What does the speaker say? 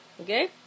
Okay